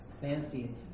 fancy